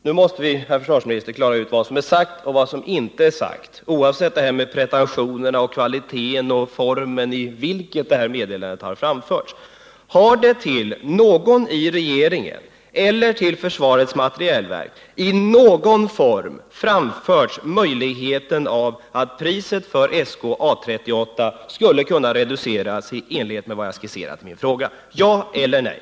Herr talman! Nu måste vi, herr försvarsminister, klara ut vad som är sagt och vad som inte är sagt, bortsett från detta med pretentioner på kvalitet och former för hur det här meddelandet framförts. Har det till någon i regeringen eller till försvarets materielverk i någon form framförts att priset för SK 38/A 38 skulle kunna reduceras i enlighet med vad jag skisserat i min fråga —ja eller nej?